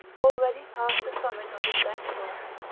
already past the summit of his best work,